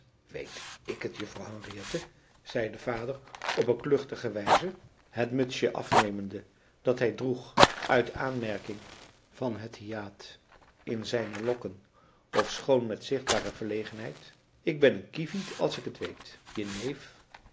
weet ik het juffrouw henriette zei de vader op een kluchtige wijze het mutsje afnemende dat hij droeg uit aanmerking van het hiaat in zijne lokken ofschoon met zichtbare verlegenheid ik ben een kievit als ik het weet je neef